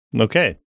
Okay